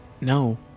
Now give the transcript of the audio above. No